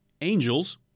Angels